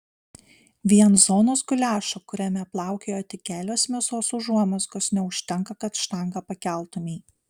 vien zonos guliašo kuriame plaukioja tik kelios mėsos užuomazgos neužtenka kad štangą pakeltumei